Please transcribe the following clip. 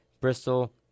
Bristol